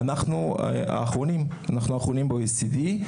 אנחנו האחרונים ב-OECD.